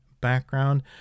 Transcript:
background